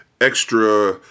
extra